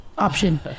option